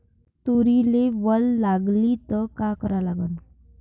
तुरीले वल लागली त का करा लागन?